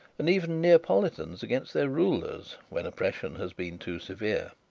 and even neapolitans against their rulers, when oppression has been too severe.